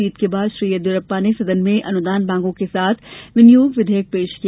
जीत के बाद श्री येदियुरप्पा ने सदन में अनुदान मांगों के साथ विनियोग विधेयक पेश किया